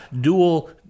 dual